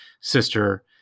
sister